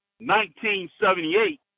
1978